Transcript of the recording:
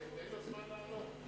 תן לו זמן לענות.